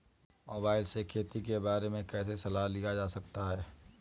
Mobile से खेती के बारे कैसे सलाह लिया जा सकता है?